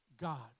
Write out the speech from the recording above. God